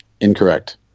Incorrect